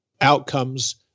outcomes